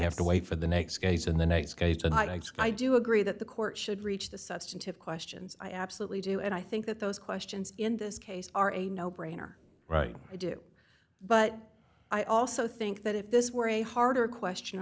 have to wait for the next case in the next case and i guess i do agree that the court should reach the substantive questions i absolutely do and i think that those questions in this case are a no brainer right i do but i also think that if this were a harder question